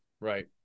Right